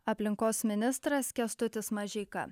aplinkos ministras kęstutis mažeika